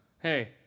Hey